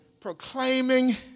proclaiming